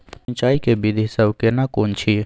सिंचाई के विधी सब केना कोन छिये?